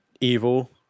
Evil